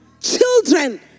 Children